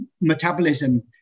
metabolism